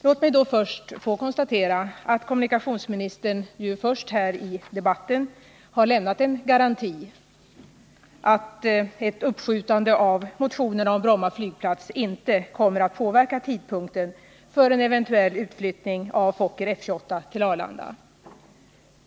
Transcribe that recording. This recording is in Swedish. Låt mig till att börja med konstatera att kommunikationsministern först i debatten här har lämnat en garanti att ett uppskjutande av motionerna om Bromma flygplats inte kommer att påverka tidpunkten för en eventuell utflyttning av Fokker F 28 till Arlanda.